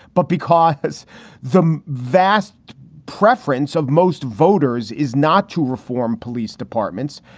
but because the vast preference of most voters is not to reform police departments.